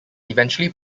eventually